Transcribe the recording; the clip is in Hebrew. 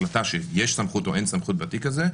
החלטה שיש סמכות או אין סמכות בתיק הזה.